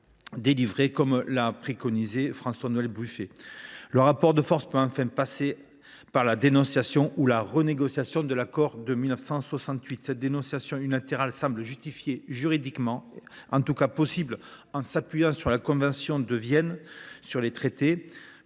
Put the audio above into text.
délivrés, comme l’a préconisé François Noël Buffet. Le rapport de force peut enfin passer par la dénonciation ou la renégociation de l’accord de 1968. Une telle dénonciation unilatérale semble justifiée juridiquement ; elle est en tout cas possible en s’appuyant sur la convention de Vienne sur le droit